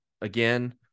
again